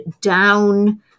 down